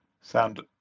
sound